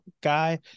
guy